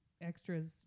extras